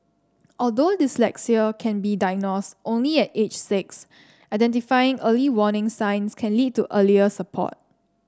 although dyslexia can be diagnosed only at age six identifying early warning signs can lead to earliest support